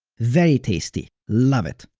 very tasty, love it!